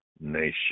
nation